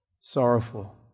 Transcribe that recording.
sorrowful